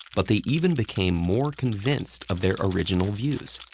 but they even became more convinced of their original views.